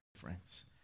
friends